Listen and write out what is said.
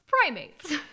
primates